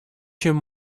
чем